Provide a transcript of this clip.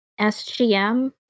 SGM